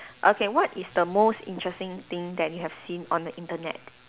okay what is the most interesting thing that you have seen on the Internet